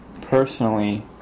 personally